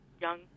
young